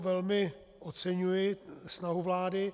Velmi oceňuji snahu vlády.